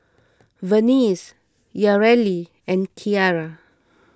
Vernice Yareli and Kiara